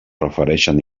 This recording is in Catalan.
refereixen